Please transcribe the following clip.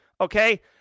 okay